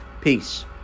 Peace